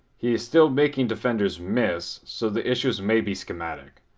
he is still making defenders miss, so the issues may be systemic.